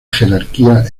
jerarquía